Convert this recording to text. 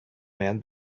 man